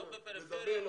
השר